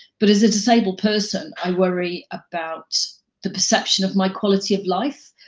but as a disabled person, i worry about the perception of my quality of life.